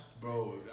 Bro